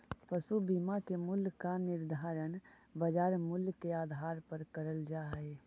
पशु बीमा के मूल्य का निर्धारण बाजार मूल्य के आधार पर करल जा हई